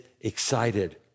excited